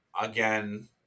Again